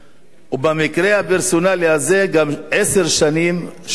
ובמקרה הפרסונלי הזה, גם עשר שנים, שופט